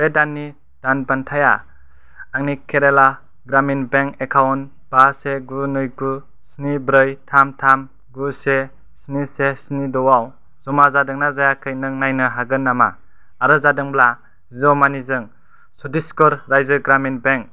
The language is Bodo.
बे दाननि दानबान्थाया आंनि केरेला ग्रामिन बेंक एकाउन्ट बा से गु नै गु स्नि ब्रै थाम थाम गु से स्नि से स्नि द' आव जमा जादोंना जायाखै नों नायनो हागोन नामा आरो जादोंब्ला जिअ' मानिजों चत्तिसगर राज्यो ग्रामिन बेंक